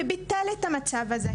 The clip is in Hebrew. וביטל את המצב הזה.